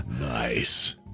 Nice